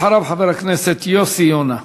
אחריו, חבר הכנסת יוסי יונה.